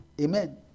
amen